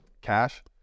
cash